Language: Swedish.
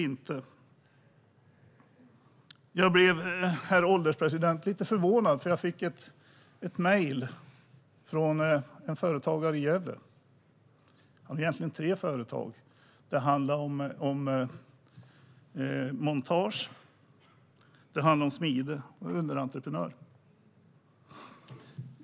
Herr ålderspresident! Jag fick ett mejl från en företagare i Gävle, och jag blev lite förvånad. Mejlet handlade egentligen om tre företag. Det var fråga om montage, smide och en underentreprenör.